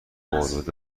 آلود